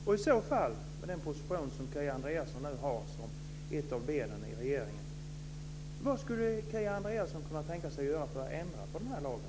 Om inte, vad skulle Kia Andreasson, med den position hon nu har som ett av benen i regeringen, kunna tänka sig att göra för att ändra på den här lagen?